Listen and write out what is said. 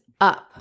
up